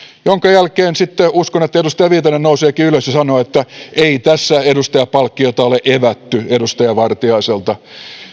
sen jälkeen sitten uskon edustaja viitanen nouseekin ylös ja sanoo että ei tässä edustajanpalkkiota ole evätty edustaja vartiaiselta